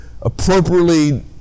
appropriately